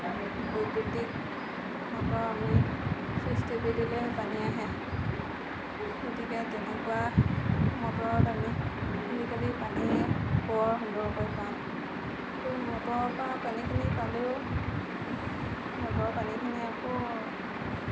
বৈদ্যুতিক মটৰ আমি চুইট্ছ টিপি দিলেই পানী আহে গতিকে তেনেকুৱা মটৰত আমি আজিকালি পানী বৰ সুন্দৰকৈ পাওঁ সেই মটৰৰপৰা পানীখিনি পালেও মটৰৰ পানীখিনি আকৌ